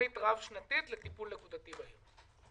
"תוכנית רב-שנתית לטיפול נקודתי בעיר".